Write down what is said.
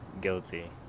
Guilty